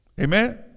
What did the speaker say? amen